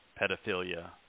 pedophilia